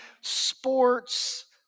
sports